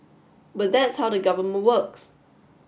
but that's how the government works